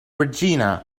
regina